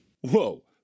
Whoa